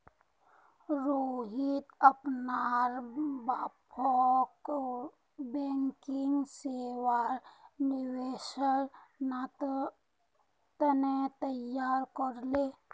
रोहित अपनार बापक बैंकिंग सेवात निवेशेर त न तैयार कर ले